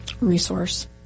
resource